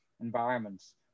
environments